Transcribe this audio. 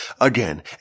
again